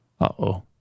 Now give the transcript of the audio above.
Uh-oh